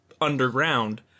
underground